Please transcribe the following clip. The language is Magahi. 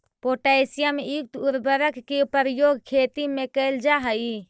पोटैशियम युक्त उर्वरक के प्रयोग खेती में कैल जा हइ